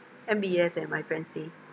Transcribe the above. M_B_S eh my friend stay